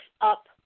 up